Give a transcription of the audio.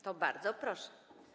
To bardzo proszę.